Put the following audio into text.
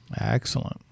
Excellent